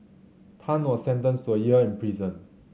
Tan was sentenced to a year in prison